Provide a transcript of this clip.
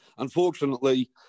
Unfortunately